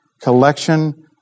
collection